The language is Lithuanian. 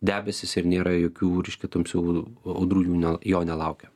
debesys ir nėra jokių reiškia tamsių audrų jų jo nelaukia